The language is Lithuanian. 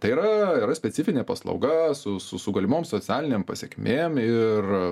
tai yra yra specifinė paslauga su su su galimom socialinėm pasekmėm ir